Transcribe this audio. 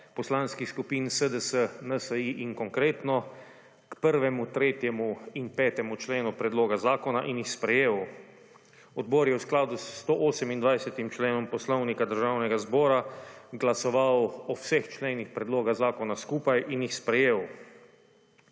poslanskih skupin SDS, NSi in Konkretno k 1., 3. in 5. členu predloga zakona in jih sprejel. Odbor je v skladu s 128. členom Poslovnika Državnega zbora glasoval o vseh členih predloga zakona skupaj in jih sprejel.